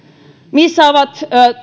missä ovat